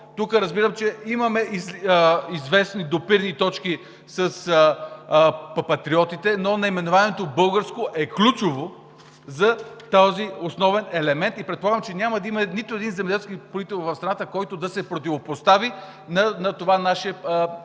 Тук разбирам, че имаме известни допирни точки с Патриотите, но наименованието „българско“ е ключово за този основен елемент и предполагам, че няма да има нито един земеделски производител в страната, който да се противопостави на това наше